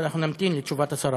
ואנחנו נמתין לתשובת השרה.